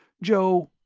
joe,